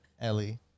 Ellie